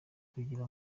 ukugira